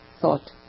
thought